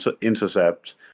intercept